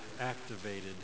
activated